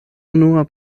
unua